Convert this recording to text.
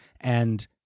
and-